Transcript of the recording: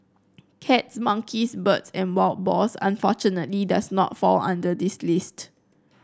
cats monkeys birds and wild boars unfortunately does not fall under this list